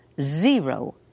zero